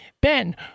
Ben